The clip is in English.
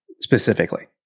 specifically